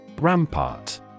Rampart